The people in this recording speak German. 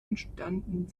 entstanden